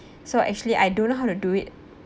so actually I don't know how to do it